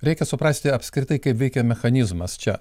reikia suprasti apskritai kaip veikia mechanizmas čia